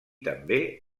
també